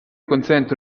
consente